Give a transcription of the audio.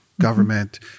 government